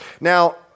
Now